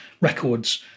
Records